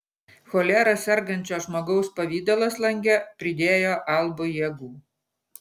cholera sergančio žmogaus pavidalas lange pridėjo albui jėgų